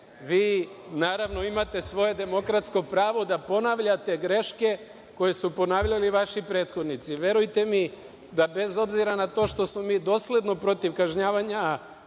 Vi, naravno imate svoje demokratsko pravo da ponavljate greške koje su ponavljali vaši prethodnici. Verujte mi da bez obzira na to što smo mi dosledno protiv kažnjavanja